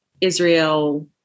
Israel